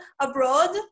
abroad